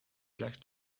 black